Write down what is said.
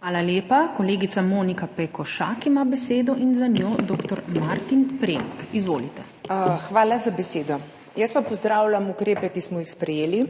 Hvala lepa. Kolegica Monika Pekošak ima besedo in za njo dr. Martin Premk. Izvolite. MONIKA PEKOŠAK (PS Svoboda): Hvala za besedo. Jaz pa pozdravljam ukrepe, ki smo jih sprejeli